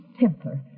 temper